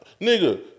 Nigga